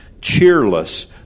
cheerless